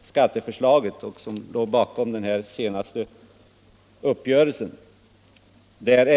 skatteförslaget som ligger bakom den senaste uppgörelsen.